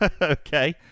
okay